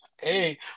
Hey